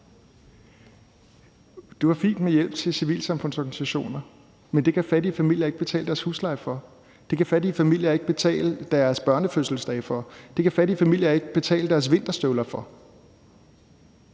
Det var fint med hjælp til civilsamfundsorganisationer, men det kan fattige familier ikke betale deres husleje for; det kan fattige familier ikke betale deres børnefødselsdage for; det kan fattige familier ikke betale deres vinterstøvler for.